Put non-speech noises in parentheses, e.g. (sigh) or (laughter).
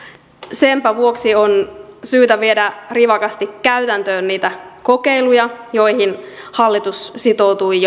senpä vuoksi on syytä viedä rivakasti käytäntöön niitä kokeiluja joihin hallitus sitoutui (unintelligible)